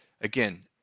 again